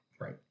Right